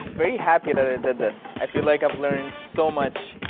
very happy that i did this. i feel like i've learned so much.